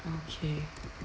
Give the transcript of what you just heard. okay